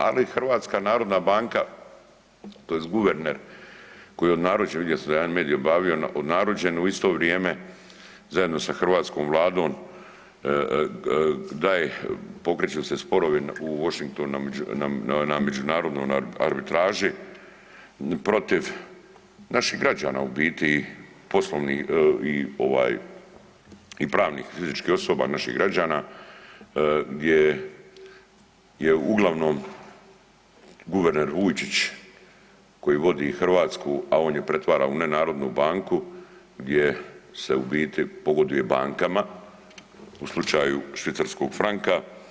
Ali HNB tj. guverner koji je … vidio sam da je jedan medij objavio … u isto vrijeme zajedno sa hrvatskom Vladom daje pokreću se sporovi u Washingtonu na međunarodnoj arbitraži protiv naših građana u biti, poslovnih pravnih i fizičkih osoba naših građana gdje je uglavnom guverner Vujčić koji vodi hrvatsku, a on je pretvara u nenarodnu banku gdje se u biti pogoduje bankama u slučaju švicarskog franka.